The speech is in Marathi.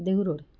देहू रोड